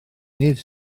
nid